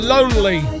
Lonely